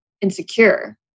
insecure